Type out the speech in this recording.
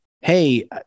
Hey